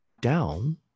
down